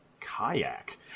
Kayak